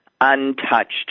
untouched